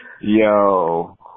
Yo